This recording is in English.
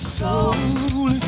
soul